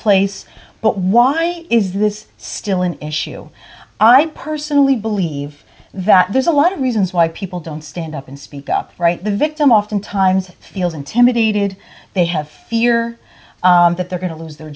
place but why is this still an issue i personally believe that there's a lot of reasons why people don't stand up and speak up right the victim oftentimes feels intimidated they have fear that they're going to lose their